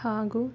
ಹಾಗೂ